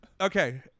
okay